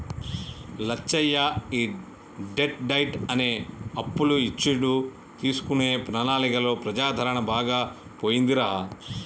లచ్చయ్య ఈ debt diet అనే అప్పులు ఇచ్చుడు తీసుకునే ప్రణాళికలో ప్రజాదరణ బాగా పొందిందిరా